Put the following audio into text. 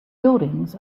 buildings